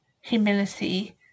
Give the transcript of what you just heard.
humility